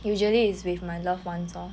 usually is with my loved ones lor